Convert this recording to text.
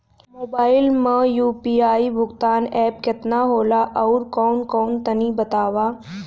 Mobile म UPI भुगतान app केतना होला आउरकौन कौन तनि बतावा?